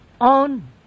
on